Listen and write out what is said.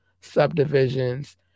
subdivisions